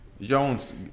Jones